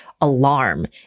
alarm